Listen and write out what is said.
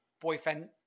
boyfriend